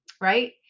right